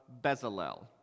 Bezalel